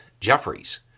Jeffries